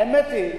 האמת היא,